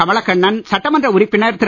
கமலக்கண்ணன் சட்டமன்ற உறுப்பினர் திரு